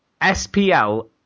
S-P-L-